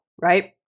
right